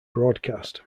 broadcast